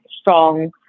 strong